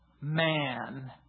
man